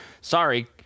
sorry